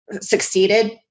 succeeded